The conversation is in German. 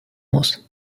muss